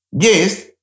Yes